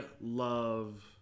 love